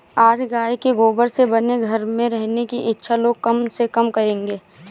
आज गाय के गोबर से बने घर में रहने की इच्छा लोग कम से कम करेंगे